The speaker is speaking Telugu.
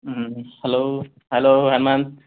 hello hello Hanumanth